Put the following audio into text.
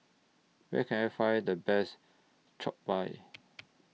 Where Can I Find The Best Jokbal